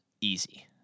easy